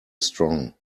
strong